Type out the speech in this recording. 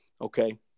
Okay